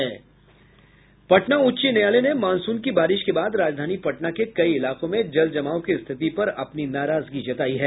पटना उच्च न्यायालय ने मॉनसून की बारिश के बाद राजधानी पटना के कई इलाकों में जलजमाव की स्थिति पर अपनी नाराजगी जतायी है